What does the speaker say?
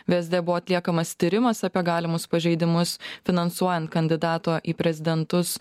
vsd buvo atliekamas tyrimas apie galimus pažeidimus finansuojant kandidato į prezidentus